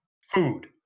food